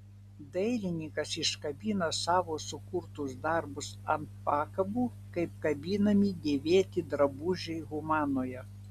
dailininkas iškabina savo sukurtus darbus ant pakabų kaip kabinami dėvėti drabužiai humanoje